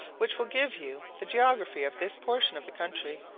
which will give you the geography of this portion of the country.